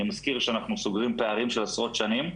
אני מזכיר שאנחנו סוגרים פערים של עשרות שנים.